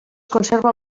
conserva